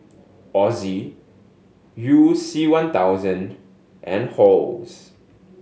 Ozi You C One thousand and Halls